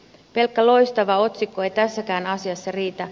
pelkkä loistava otsikko ei tässäkään asiassa riitä